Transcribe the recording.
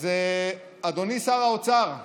אדוני שר האוצר,